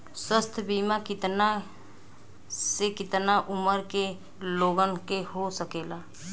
स्वास्थ्य बीमा कितना से कितना उमर के लोगन के हो सकेला?